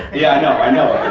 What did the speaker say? yeah i know, i know.